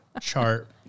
chart